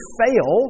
fail